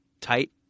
tight